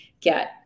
get